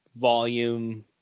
volume